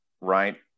right